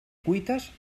cuites